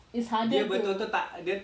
it's harder to